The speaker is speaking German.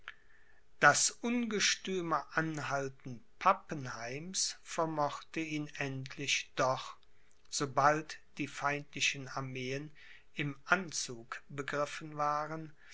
das ungestüme anhalten pappenheims vermochte ihn endlich doch sobald die feindlichen armeen im anzug begriffen waren